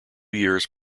years